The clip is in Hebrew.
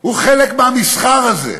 הוא חלק מהמסחר הזה.